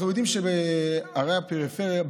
אנחנו יודעים שבערי הפריפריה,